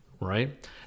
right